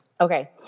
Okay